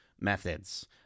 methods